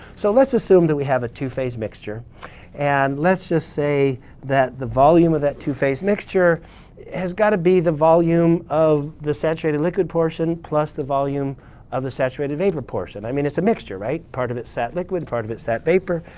so let's assume that we have a two-phase mixture and let's just say that the volume of that two-phase mixture has got to be the volume of the saturated liquid portion plus the volume of the saturated vapor portion. i mean, it's a mixture, right? part of it's sat liquid and part of it's sat vapor.